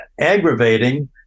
aggravating